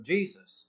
Jesus